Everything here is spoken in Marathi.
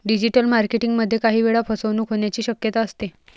डिजिटल मार्केटिंग मध्ये काही वेळा फसवणूक होण्याची शक्यता असते